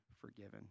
forgiven